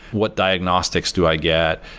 what diagnostics do i get?